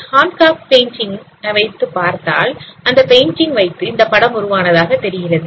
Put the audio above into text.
Hancock painting ஐ வைத்து பார்த்தால் அந்த பெயிண்டிங் வைத்து இந்தப்படம் உருவானதாக தெரிகிறது